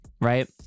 right